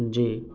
جی